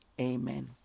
Amen